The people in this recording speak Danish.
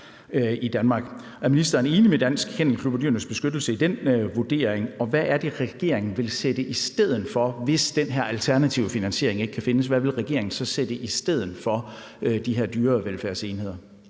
i Danmark. Er ministeren enig med Dansk Kennel Klub og Dyrenes Beskyttelse i den vurdering? Og hvad er det, regeringen vil sætte i stedet for, hvis den her alternative finansiering ikke kan findes? Hvad vil regeringen så sætte i stedet for de her dyrevelfærdsenheder?